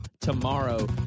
tomorrow